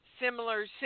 similar